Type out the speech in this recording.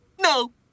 No